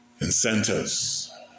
Incentives